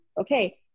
okay